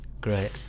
great